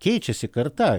keičiasi karta